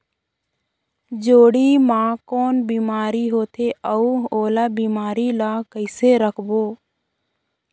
जोणी मा कौन बीमारी होथे अउ ओला बीमारी ला कइसे रोकबो?